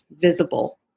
visible